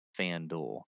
FanDuel